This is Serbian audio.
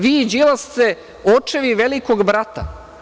Vi i Đilas ste očevi „Velikog brata“